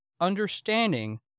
understanding